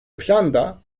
planda